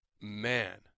Man